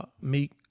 Meek